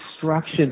destruction